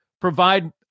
provide